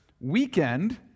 weekend